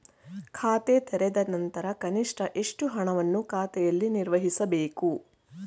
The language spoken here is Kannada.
ಖಾತೆ ತೆರೆದ ನಂತರ ಕನಿಷ್ಠ ಎಷ್ಟು ಹಣವನ್ನು ಖಾತೆಯಲ್ಲಿ ನಿರ್ವಹಿಸಬೇಕು?